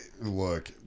look